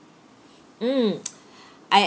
mm I